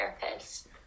therapist